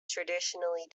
traditionally